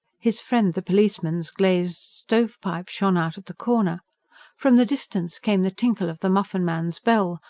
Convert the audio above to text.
his friend the policeman's glazed stovepipe shone out at the corner from the distance came the tinkle of the muffin-man's bell,